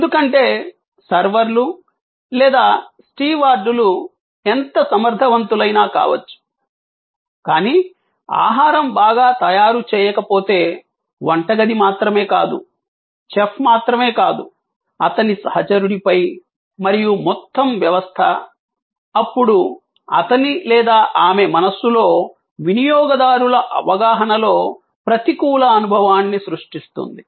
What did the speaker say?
ఎందుకంటే సర్వర్లు లేదా స్టీవార్డులు ఎంత సమర్థవంతులైనా కావచ్చు కానీ ఆహారం బాగా తయారు చేయకపోతే వంటగది మాత్రమే కాదు చెఫ్ మాత్రమే కాదు అతని సహచరుడి పై మరియు మొత్తం వ్యవస్థ అప్పుడు అతని లేదా ఆమె మనస్సులో వినియోగదారుల అవగాహనలో ప్రతికూల అనుభవాన్ని సృష్టిస్తుంది